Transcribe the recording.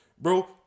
bro